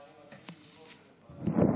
גברתי היושבת-ראש,